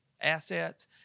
assets